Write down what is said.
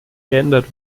geändert